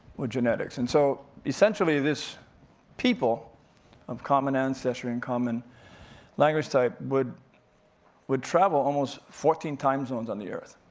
with genetics. and so essentially, this people of common ancestry, and common language-type, would would travel almost fourteen time zones on the earth.